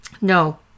No